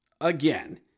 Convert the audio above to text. again